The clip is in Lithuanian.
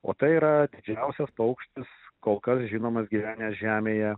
o tai yra didžiausias paukštis kol kas žinomas gyvenę žemėje